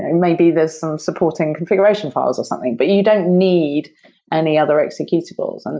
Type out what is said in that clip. and maybe there's some supporting configuration files or something, but you don't need any other executables, and